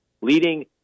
leading